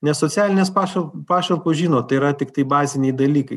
nes socialinės pašal pašalpos žinot tai yra tiktai baziniai dalykai